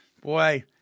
Boy